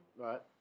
Right